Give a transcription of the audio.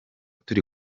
turi